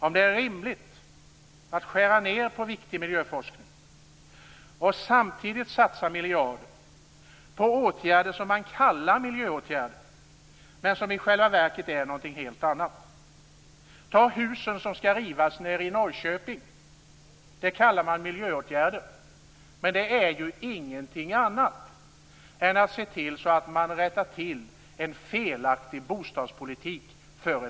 Är det rimligt att skära ned på viktig miljöforskning och samtidigt satsa miljarder på åtgärder som man kallar miljöåtgärder, men som i själva verket är något helt annat. Ta husen som skall rivas nere i Norrköping! Det kallar man för miljöåtgärder, men det är ingenting annat än att man ser till att rätta till en felaktig före detta bostadspolitik.